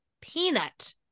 peanut